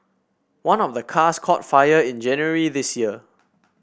one of the cars caught fire in January this year